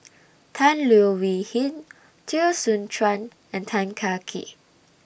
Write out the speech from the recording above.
Tan Leo Wee Hin Teo Soon Chuan and Tan Kah Kee